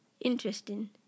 interesting